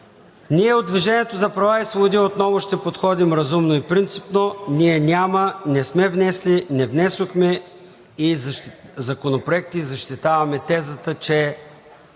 От „Движението за права и свободи“ отново ще подходим разумно и принципно, ние няма, не сме внесли, не внесохме законопроекти и защитаваме тезата, че